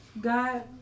God